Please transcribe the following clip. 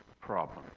problem